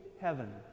heaven